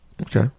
Okay